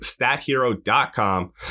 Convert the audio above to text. stathero.com